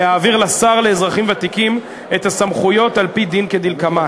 להעביר לשר לאזרחים ותיקים את הסמכויות על-פי דין כדלקמן: